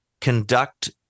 conduct